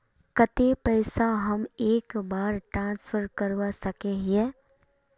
केते पैसा हम एक बार ट्रांसफर कर सके हीये?